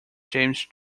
james